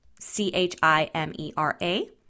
C-H-I-M-E-R-A